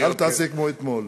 אל תעשה כמו אתמול.